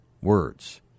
words